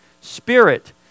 Spirit